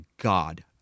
God